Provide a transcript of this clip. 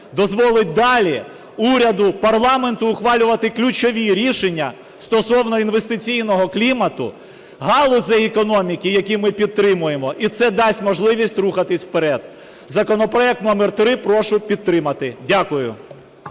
дозволить далі уряду, парламенту ухвалювати ключові рішення стосовно інвестиційного клімату, галузей економіки, які ми підтримуємо, і це дасть можливість рухатися вперед. Законопроект номер 3 прошу підтримати. Дякую.